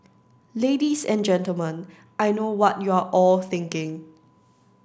ladies and gentlemen I know what you're all thinking